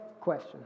question